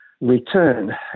return